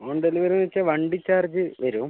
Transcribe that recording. home delivery എന്ന് വെച്ചാൽ വണ്ടി ചാർജ് വരും